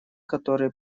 которые